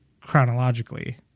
chronologically